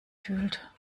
fühlt